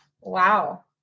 Wow